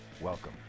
welcome